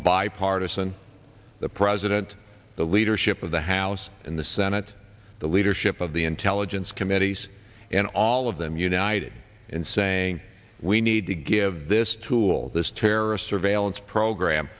bipartisan the president the leadership of the house and the senate the leadership of the intelligence committees and all of them united in saying we need to give this tool this terrorist surveillance program